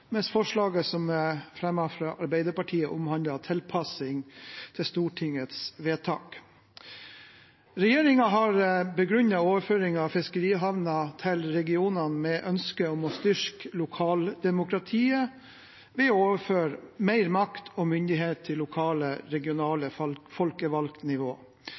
mens forslaget som er fremmet av Arbeiderpartiet, omhandler tilpassing til Stortingets vedtak. Regjeringen har begrunnet overføringen av fiskerihavner til regionene med et ønske om å styrke lokaldemokratiet ved å overføre mer makt og myndighet til lokale/regionale folkevalgte nivå,